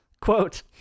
quote